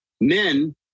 men